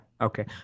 okay